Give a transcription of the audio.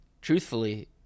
truthfully